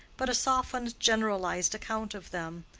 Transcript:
but a softened generalized account of them.